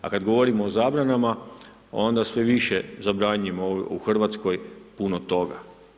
A kada govorimo o zabranama onda sve više zabranjujemo u Hrvatskoj punu toga.